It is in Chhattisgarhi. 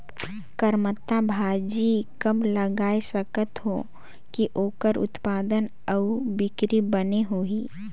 करमत्ता भाजी कब लगाय सकत हो कि ओकर उत्पादन अउ बिक्री बने होही?